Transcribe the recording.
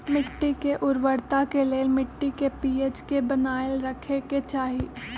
मिट्टी के उर्वरता के लेल मिट्टी के पी.एच के बनाएल रखे के चाहि